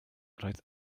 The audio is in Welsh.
roedd